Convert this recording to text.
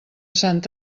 sant